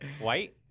White